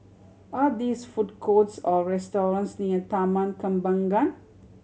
are this food courts or restaurants near Taman Kembangan